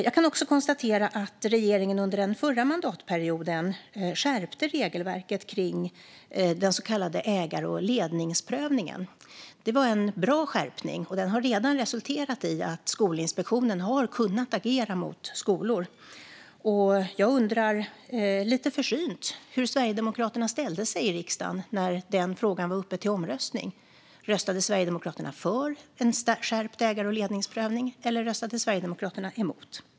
Jag kan också konstatera att regeringen under den förra mandatperioden skärpte regelverket kring den så kallade ägar och ledningsprövningen. Det var en bra skärpning, och den har redan resulterat i att Skolinspektionen har kunnat agera mot skolor. Jag undrar lite försynt hur Sverigedemokraterna ställde sig i riksdagen när den frågan var uppe till omröstning. Röstade Sverigedemokraterna för en skärpt ägar och ledningsprövning, eller röstade Sverigedemokraterna emot?